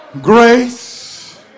grace